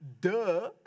duh